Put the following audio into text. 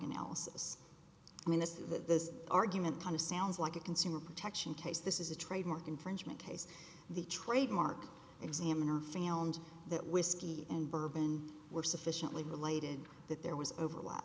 analysis i mean this is the argument kind of sounds like a consumer protection case this is a trademark infringement case the trademark examiner fan and that whiskey and bourbon were sufficiently related that there was overlap